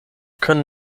können